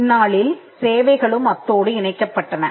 பின்னாளில் சேவைகளும் அத்தோடு இணைக்கப்பட்டன